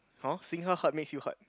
orh seeing her hurt makes you hurt